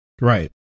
Right